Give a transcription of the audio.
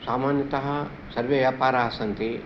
सामान्यतः सर्वे व्यापाराः सन्ति